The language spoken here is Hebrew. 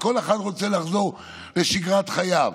כל אחד רוצה לחזור לשגרת חייו.